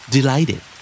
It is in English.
Delighted